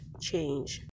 change